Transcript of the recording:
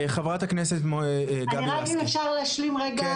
חברת הכנסת גבי לסקי --- רק אם אפשר להשלים את המשפט בבקשה?